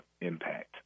impact